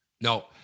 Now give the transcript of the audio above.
No